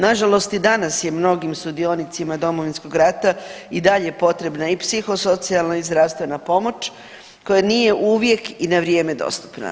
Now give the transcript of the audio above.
Nažalost i danas je mnogim sudionicima Domovinskog rata i dalje potrebna i psihosocijalna i zdravstvena pomoć koja nije uvijek i na vrijeme dostupna.